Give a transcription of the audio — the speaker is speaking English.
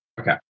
Okay